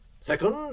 Second